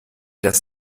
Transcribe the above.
das